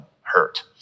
hurt